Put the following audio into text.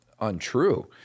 untrue